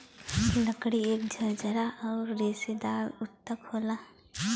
लकड़ी एक झरझरा आउर रेसेदार ऊतक होला